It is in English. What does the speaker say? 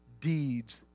deeds